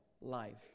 life